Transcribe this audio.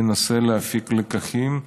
ננסה להפיק לקחים,